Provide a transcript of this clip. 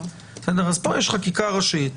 אז פה יש חקיקה ראשית,